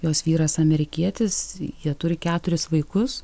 jos vyras amerikietis jie turi keturis vaikus